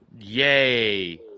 Yay